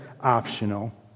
optional